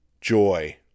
Joy